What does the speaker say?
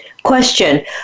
question